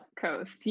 Coast